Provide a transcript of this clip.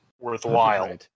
worthwhile